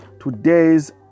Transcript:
today's